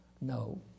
No